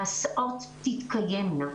ההסעות תתקיימנה,